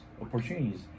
opportunities